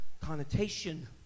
connotation